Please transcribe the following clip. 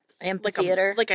Amphitheater